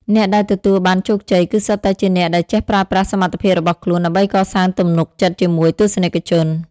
អ្នកដែលទទួលបានជោគជ័យគឺសុទ្ធតែជាអ្នកដែលចេះប្រើប្រាស់សមត្ថភាពរបស់ខ្លួនដើម្បីកសាងទំនុកចិត្តជាមួយទស្សនិកជន។